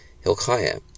Hilkiah